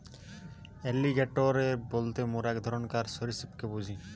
alligator বলতে মোরা এক ধরণকার সরীসৃপকে বুঝি